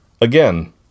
Again